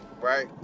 right